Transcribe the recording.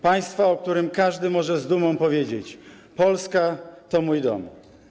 Państwa, o którym każdy może z dumą powiedzieć: Polska to mój dom.